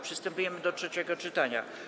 Przystępujemy do trzeciego czytania.